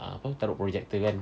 ah apa taruk projector kan